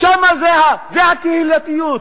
שם זה תמצית הקהילתיות.